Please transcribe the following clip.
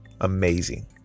amazing